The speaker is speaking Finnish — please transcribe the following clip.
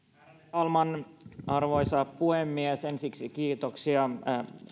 talman arvoisa puhemies ensiksi kiitoksia